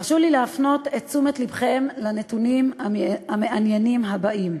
הרשו לי להפנות את תשומת לבכם לנתונים המעניינים הבאים: